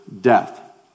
death